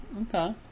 Okay